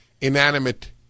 inanimate